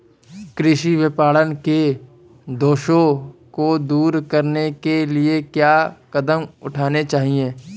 कृषि विपणन के दोषों को दूर करने के लिए क्या कदम उठाने चाहिए?